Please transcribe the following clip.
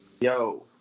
Yo